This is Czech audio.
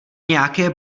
nějaké